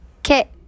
Okay